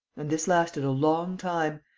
and this lasted a long time.